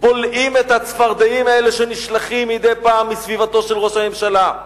בולעים את הצפרדעים האלה שנשלחות מדי פעם מסביבתו של ראש הממשלה.